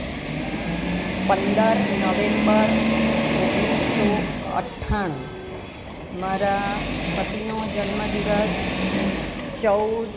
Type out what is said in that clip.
પંદર નવેમ્બર ઓગણીસસો અઠ્ઠાણું મારા પતિનો જન્મદિવસ ચૌદ